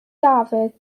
dafydd